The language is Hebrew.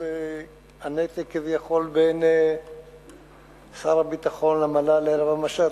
בנושא הנתק כביכול בין שר הביטחון למל"ל ערב המשט,